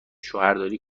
شوهرداری